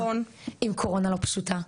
עם קורונה לא פשוטה,